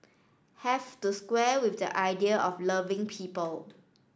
have to square with the idea of loving people